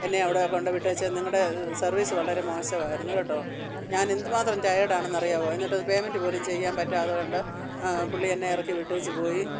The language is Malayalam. എന്നെ അവിടെ കൊണ്ട് വന്ന് വിട്ടേച്ച് നിങ്ങളുടെ സർവീസ് വളരെ മോശമായിരുന്നു കേട്ടോ ഞാൻ എന്തു മാത്രം ടയേർഡ് ആണെന്നറിയാവോ എന്നിട്ടത് പേയ്മെൻ്റ് പോലും ചെയ്യാൻ പറ്റാത്തത് പുള്ളി എന്നെ ഇറക്കി വിട്ടേച്ചു പോയി